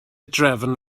drefn